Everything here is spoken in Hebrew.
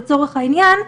לצורך העניין,